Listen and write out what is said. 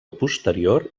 posterior